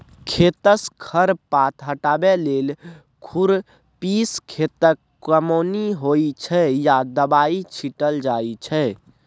खेतसँ खर पात हटाबै लेल खुरपीसँ खेतक कमौनी होइ छै या दबाइ छीटल जाइ छै